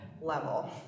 level